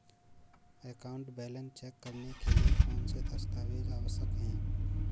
Account balance check करने के लिए कौनसे दस्तावेज़ आवश्यक हैं?